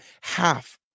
half